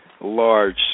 large